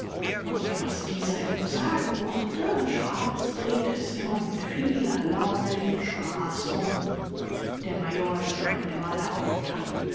und was dieser ihm sagen mochte schwarz drehte es immer mit vieler laune in spaß um der major lief einige male auf und ab